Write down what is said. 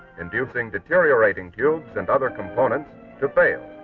inducing deteriorating fumes and other components to fail.